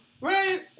Right